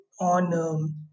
on